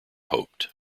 hoped